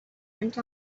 went